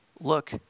look